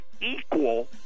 equal